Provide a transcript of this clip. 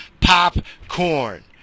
popcorn